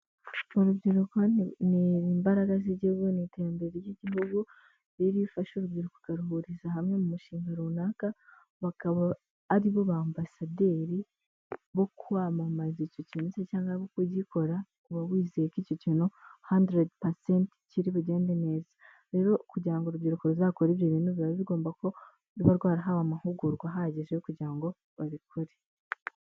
Urubyiruko ni imbaraga z'igihugu, ni iterambere ry'igihugu rero iyo ufashe urubyiruko ukaruhuriza hamwe mu mushinga runaka bakaba ari bo bambasaderi bo kwamamaza icyo kintu se cyangwa kugikora, uba wizeye ko icyo kintu hundred percent kiri bugende neza, rero kugira ngo urubyiruko ruzakore ibyo bintu biba bigomba kuba rwarahawe amahugurwa ahagije yo kugira ngo babikore.